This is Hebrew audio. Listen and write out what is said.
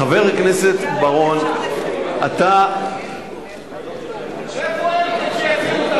חבר הכנסת בר-און, אתה איפה אלקין שיציל אותנו?